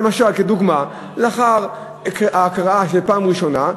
כדוגמה: לאחר ההקראה בפעם הראשונה,